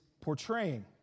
portraying